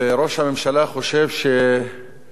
ראש הממשלה חושב לנופף